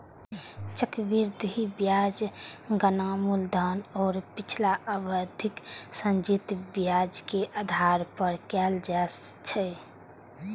चक्रवृद्धि ब्याजक गणना मूलधन आ पिछला अवधिक संचित ब्याजक आधार पर कैल जाइ छै